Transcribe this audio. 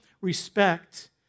respect